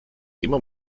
immer